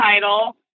title